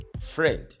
Friend